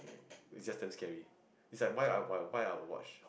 is just damn scary is like why I why why I would watch